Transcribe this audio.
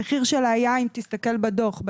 המחיר שלה היה אם תסתכל בדוח,